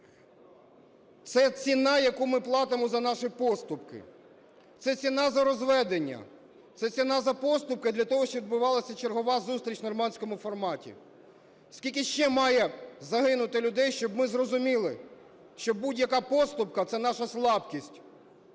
Це ціна, яку ми платимо за наші поступки, це ціна за розведення, це ціна за поступки для того, щоб відбувалася чергова зустріч в "нормандському форматі". Скільки ще має загинути людей, щоб ми зрозуміли, що будь-яка поступка – це наша слабкість?